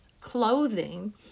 clothing